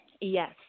Yes